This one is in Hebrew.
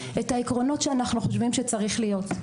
את העקרונות שאנחנו חשובים שצריכים להיות.